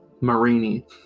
Marini